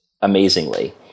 amazingly